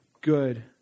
good